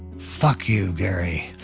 fuck you gary.